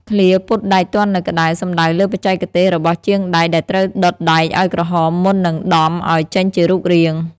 ឃ្លា «ពត់ដែកទាន់នៅក្ដៅ» សំដៅលើបច្ចេកទេសរបស់ជាងដែកដែលត្រូវដុតដែកឱ្យក្រហមមុននឹងដំឱ្យចេញជារូបរាង។